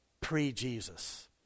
pre-Jesus